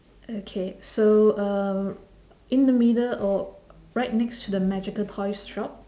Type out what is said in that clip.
okay so uh in the middle or right next to the magical toys shop